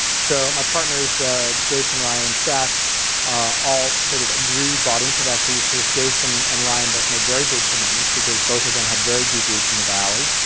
so my partners jason, ryan and seth all sort of agreed, bought into that thesis, jason and ryan both made very big commitments because both of them had very deep roots in the valley.